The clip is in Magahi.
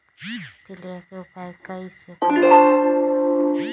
पीलिया के उपाय कई से करी?